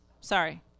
Sorry